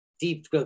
deep